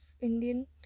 Indian